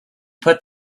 put